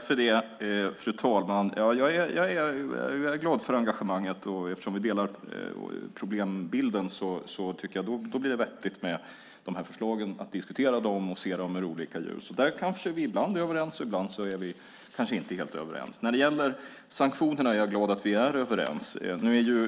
Fru talman! Jag är glad över engagemanget. Eftersom vi delar problembilden blir det vettigt att diskutera dessa förslag och se dem i olika ljus. Ibland är vi kanske överens och ibland inte. När det gäller sanktionerna är jag glad att vi är överens.